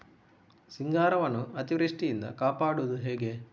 ಸಿಂಗಾರವನ್ನು ಅತೀವೃಷ್ಟಿಯಿಂದ ಕಾಪಾಡುವುದು ಹೇಗೆ?